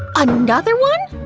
another one!